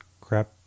Crap